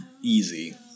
easy